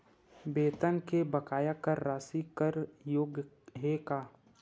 वेतन के बकाया कर राशि कर योग्य हे का?